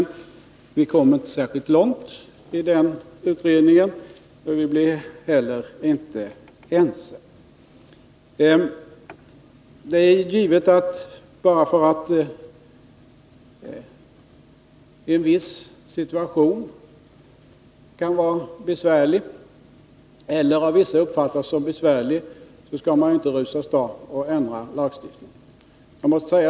Vi kom inte särskilt långt i den utredningen och blev heller inte ense. Det är givet att man inte bara för att en viss situation kan vara besvärlig eller av vissa uppfattas som besvärlig skall rusa åstad och ändra lagstiftningen.